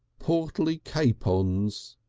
portly capons,